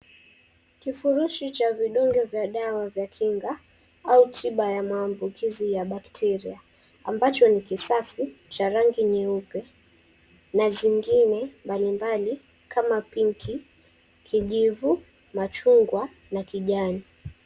Kifurushi cha vidonge vya dawa vya kinga au tiba ya maambukizi ya bakteria ambacho ni kisafi cha rangi nyeupe na zingine mbalimbali kama pinki, kijivu, machungwa na kijani.